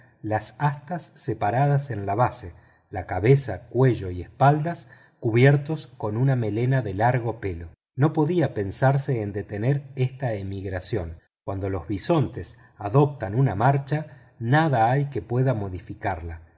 las astas separadas en la base la cabeza el cuello y espalda cubiertos con una melena de largo pelo no podía pensarse en detener esta emigración cuando los bisontes adoptan una marcha nada hay que pueda modificarla